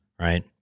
right